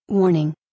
Warning